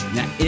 Now